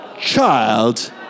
child